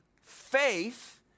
faith